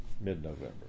mid-November